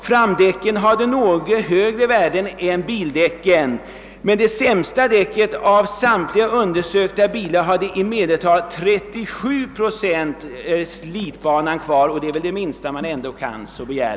Framdäcken hade något högre värden än bakdäcken, men det sämsta däcket på varje undersökt bil hade i medeltal 37 procent av slitbanan kvar.